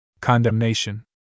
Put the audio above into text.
Condemnation